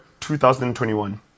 2021